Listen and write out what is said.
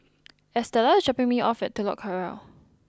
Estela is dropping me off at Telok Kurau